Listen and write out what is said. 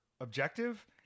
objective